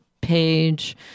page